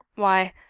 why,